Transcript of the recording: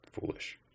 foolish